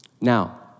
Now